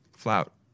Flout